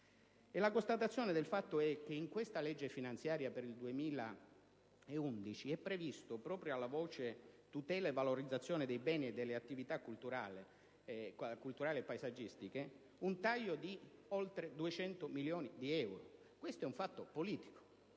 ma constatiamo un fatto molto grave: nella manovra finanziaria per il 2011 è previsto, proprio alla voce tutela e valorizzazione dei beni e delle attività culturali e paesaggistiche, un taglio di oltre 200 milioni di euro. Questo è un fatto politico